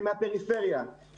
מן הפריפריה,